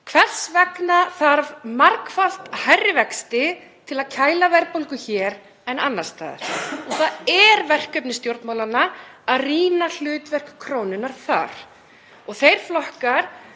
Hvers vegna þarf margfalt hærri vexti til að kæla verðbólgu hér en annars staðar? Það er verkefni stjórnmálanna að rýna hlutverk krónunnar þar og þeir flokkar